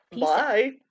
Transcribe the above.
Bye